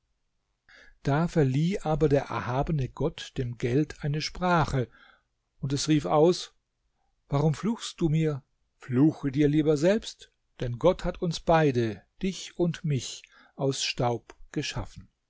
da verlieh aber der erhabene gott dem geld eine sprache und es rief aus warum fluchst du mir fluche dir lieber selbst denn gott hat uns beide dich und mich aus staub geschaffen